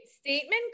statement